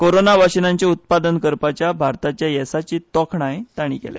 कोरोना वाशिनांचें उत्पादन करपाच्या भारताच्या येसाची तोखणाय तांणी केल्या